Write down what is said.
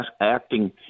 acting